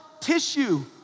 tissue